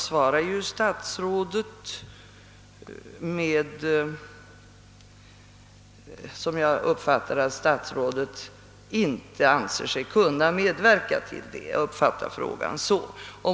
Statsrådet svarade, enligt vad jag uppfattade, att statsrådet inte anser sig kunna medverka därtill.